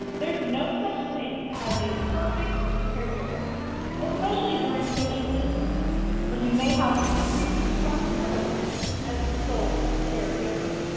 there's no such thing as a perfect caregiver especially during social distancing when you may have increased responsibility as the sole caregiver.